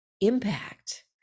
impact